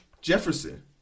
Jefferson